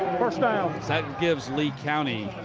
first down. that gives lee county